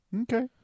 Okay